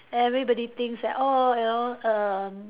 everybody thinks that oh you know err